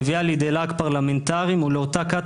מביאה לידי לעג פרלמנטרי מול אותה כת